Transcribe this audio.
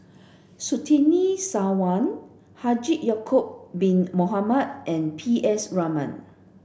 Surtini Sarwan Haji Ya'acob bin Mohamed and P S Raman